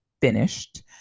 finished